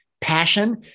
passion